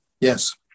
Yes